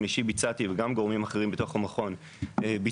אישי ביצעתי וגם גורמים אחרים בתוך המכון ביצעו,